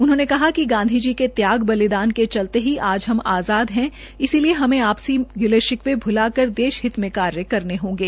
उन्होंने कहा कि गांधी जी के त्याग बलिदान के चलते ही आज हम आज़ाद है इसलिए हमें आपसी गिले शिकवे भुलाकर देश भक्ति में कार्य करने होंगे